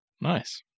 Nice